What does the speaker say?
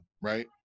right